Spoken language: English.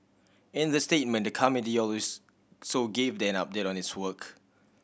in the statement the committee so gave an update on its work